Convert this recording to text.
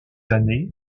années